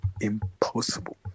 impossible